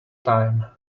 time